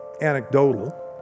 anecdotal